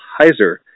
Heiser